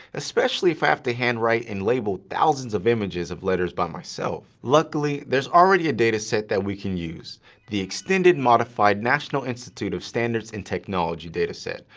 especially if i have to handwrite and label thousands of images of letters by myself. luckily, there's already a dataset that we can use the extended modified national institute of standards and technology dataset,